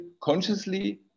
consciously